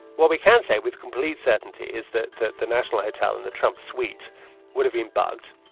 what we can say with complete certainty is that the the national hotel in the trump suite would have been bugged.